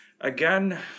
again